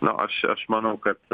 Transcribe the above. na aš aš manau kad